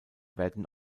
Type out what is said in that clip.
werden